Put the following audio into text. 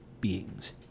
beings